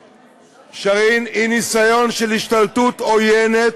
שרין, היא ניסיון של השתלטות עוינת,